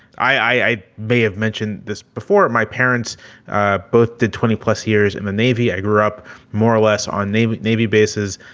i i may have mentioned this before. my parents ah both did twenty plus years in and the navy. i grew up more or less on navy navy bases.